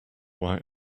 why